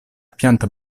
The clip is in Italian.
pianta